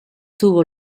tuvo